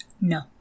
No